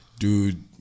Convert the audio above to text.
dude